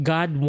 God